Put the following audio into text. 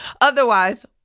Otherwise